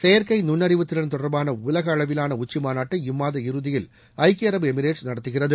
செயற்கை நுண்ணறிவுத் திறன் தொடர்பான உலக அளவிலான உச்சிமாநாட்டை இம்மாத இறுதியில் ஐக்கிய அரபு எமிரேட்ஸ் நடத்துகிறது